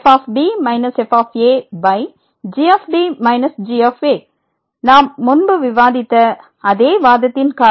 fb f g b g நாம் முன்பு விவாதித்த அதே வாதத்தின் காரணமாக